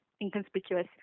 inconspicuous